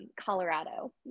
Colorado